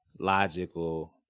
Logical